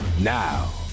now